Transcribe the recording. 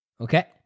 Okay